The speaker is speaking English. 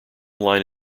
line